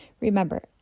Remember